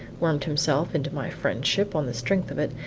wormed himself into my friendship on the strength of it,